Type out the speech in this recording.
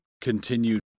continued